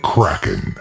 Kraken